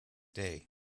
day